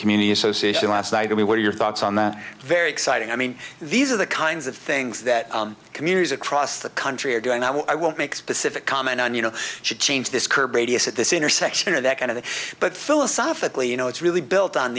community association last night i mean what are your thoughts on that very exciting i mean these are the kinds of things that communities across the country are doing i won't make specific comment on you know change this curve radius at this intersection or that kind of but philosophically you know it's really built on